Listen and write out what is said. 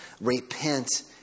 Repent